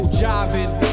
jiving